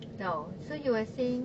[tau] so he was saying